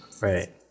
Right